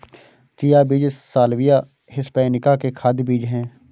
chia बीज Salvia hispanica के खाद्य बीज हैं